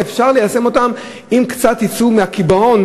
ואפשר ליישם אותם אם יצאו קצת מהקיבעון